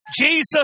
Jesus